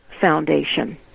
Foundation